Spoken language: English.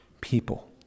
people